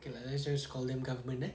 okay let's just call them government eh